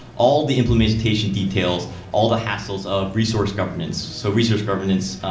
all the implementation details, all the hassles of resource governance so research governance